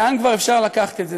לאן כבר אפשר לקחת את זה?